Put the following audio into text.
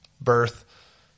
Birth